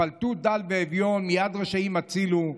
פלטו דל ואביון, מיד רשעים הצילו.